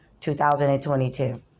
2022